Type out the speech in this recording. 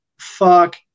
Fuck